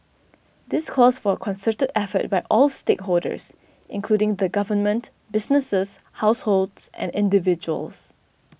this calls for a concerted effort by all stakeholders including the Government businesses households and individuals